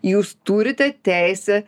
jūs turite teisę